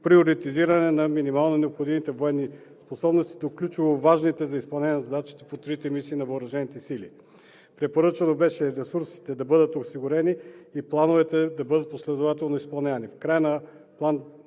приоритизиране на минимално необходимите военни способности до ключово важните за изпълнение на задачите по трите мисии на въоръжените сили. Препоръчано беше ресурсите да бъдат осигурени и плановете да бъдат последователно изпълнявани.